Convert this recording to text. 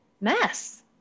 mess